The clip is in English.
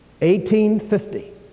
1850